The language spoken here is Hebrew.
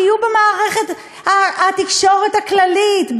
תהיו במערכת התקשורת הכללית.